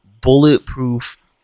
bulletproof